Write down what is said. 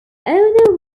although